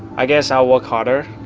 i guess i'll work harder.